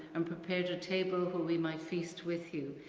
and prepared a table will be my feast with you.